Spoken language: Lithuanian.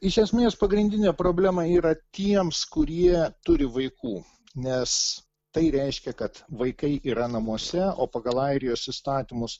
iš esmės pagrindinė problema yra tiems kurie turi vaikų nes tai reiškia kad vaikai yra namuose o pagal airijos įstatymus